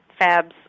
Fabs